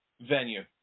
venue